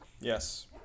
Yes